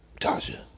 Tasha